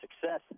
success